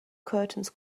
curtains